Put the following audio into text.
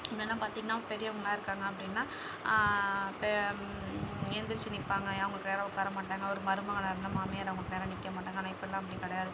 முன்னெல்லாம் பார்த்தீங்கனா பெரியவங்கெல்லாம் இருக்காங்க அப்படின்னா பெ எழுந்திருச்சு நிற்பாங்க அவங்களுக்கு நேராக உட்கார மாட்டாங்க ஒரு மருமகளாக இருந்தால் மாமியார் அவங்களுக்கு நேராக நிற்க மாட்டாங்க ஆனால் இப்போல்லாம் அப்படி கிடையாது